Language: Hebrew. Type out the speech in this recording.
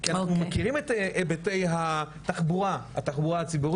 כי אנחנו מכירים את היבטי התחבורה הציבורית.